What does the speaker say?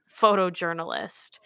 photojournalist